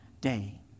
day